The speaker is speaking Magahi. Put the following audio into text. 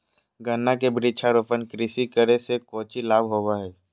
गन्ना के वृक्षारोपण कृषि करे से कौची लाभ होबो हइ?